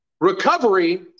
recovery